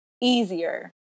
easier